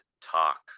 talk